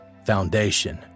foundation